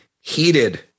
heated